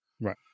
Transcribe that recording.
Right